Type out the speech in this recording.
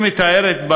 היא מתארת,